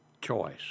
choice